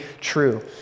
true